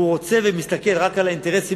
הוא רוצה ומסתכל רק על האינטרסים,